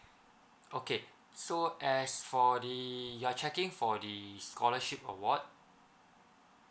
okay so as for the you're checking for the scholarship award